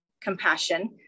compassion